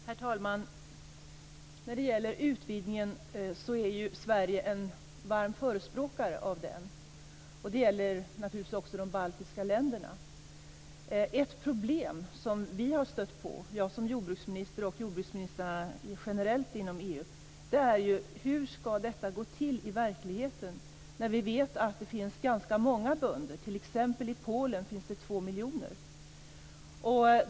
Herr talman! Sverige är ju en varm förespråkare av utvidgningen, och det gäller naturligtvis också beträffande de baltiska länderna. Ett problem som jag som jordbruksminister och som jordbruksministrarna generellt inom EU har stött på är: Hur ska det gå till i verkligheten, när vi vet att det finns ganska många bönder? I Polen finns det t.ex. 2 miljoner bönder.